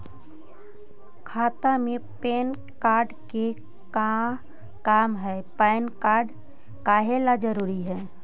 खाता में PAN card के का काम है पैन कार्ड काहे ला जरूरी है?